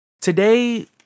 today